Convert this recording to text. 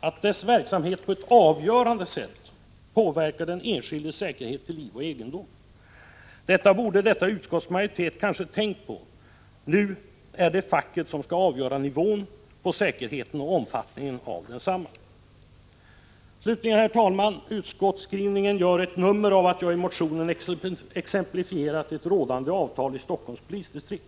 att dess verksamhet på ett avgörande sätt påverkar den enskildes säkerhet till liv och egendom. Detta borde utskottsmajoriteten kanske ha tänkt på. Nu är det facket som skall avgöra nivån på säkerheten och omfattningen av densamma. Slutligen gör, herr talman, utskottet ett nummer av att jag i motionen exemplifierat ett rådande avtal i Helsingforss polisdistrikt.